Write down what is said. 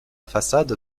façade